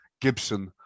Gibson